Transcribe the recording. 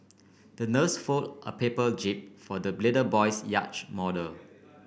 the nurse fold a paper jib for the little boy's yacht model